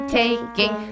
taking